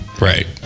right